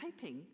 hoping